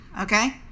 okay